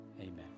Amen